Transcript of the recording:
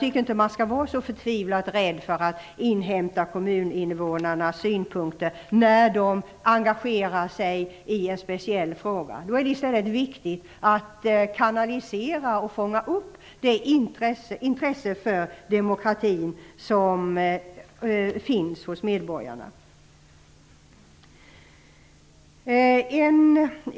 Man skall inte vara så förtvivlat rädd för att inhämta kommuninvånarnas synpunkter när de engagerar sig i en speciell fråga. Det är viktigt att kanalisera och fånga upp det intresse för demokratin som finns hos medborgarna.